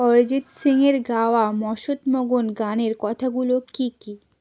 অরিজিৎ সিংয়ের গাওয়া মস্ত মগন গানের কথাগুলো কী কী